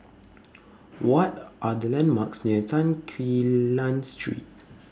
What Are The landmarks near Tan Quee Lan Street